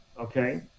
okay